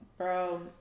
Bro